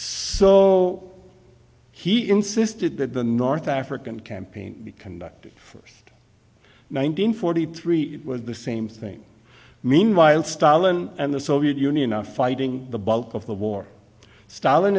so he insisted that the north african campaign be conducted first nineteen forty three it was the same thing meanwhile stalin and the soviet union are fighting the bulk of the war stalin